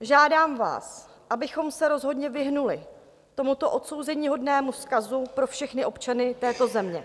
Žádám vás, abychom se rozhodně vyhnuli tomuto odsouzeníhodnému vzkazu pro všechny občany této země.